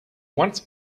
once